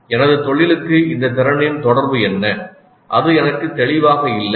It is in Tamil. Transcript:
எனது தொழிலுக்கு இந்த திறனின் தொடர்பு என்ன அது எனக்கு தெளிவாக இல்லை '